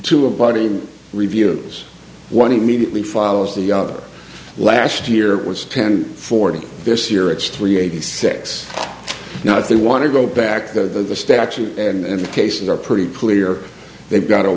into a body review is one immediately follows the other last year it was ten forty this year it's three eighty six now if they want to go back to the statute and the cases are pretty clear they've got a